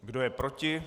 Kdo je proti?